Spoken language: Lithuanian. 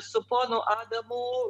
su ponu adomu